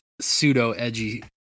pseudo-edgy